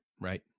Right